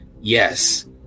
yes